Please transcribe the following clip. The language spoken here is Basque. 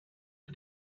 dut